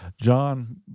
John